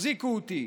תחזיקו אותי,